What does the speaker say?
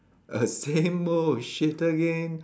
a same old shit again